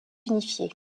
unifié